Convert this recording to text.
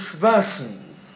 versions